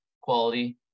quality